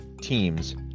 teams